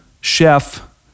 chef